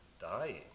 dying